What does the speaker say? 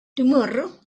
tomorrow